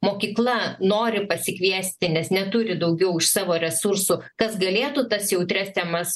mokykla nori pasikviesti nes neturi daugiau iš savo resursų kas galėtų tas jautrias temas